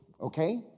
okay